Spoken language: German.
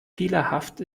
fehlerhaft